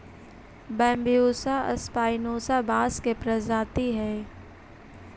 Bambusa spinosa बाँस के प्रजाति हइ